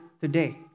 today